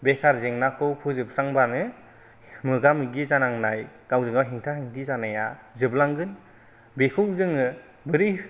बेकार जेंनाखौ फोजोबस्रांबानो मोगा मोगि जानांनाय गावजों गाव हेंथा हेंथि जानाया जोबलांगोन बेखौ जोङो बोरै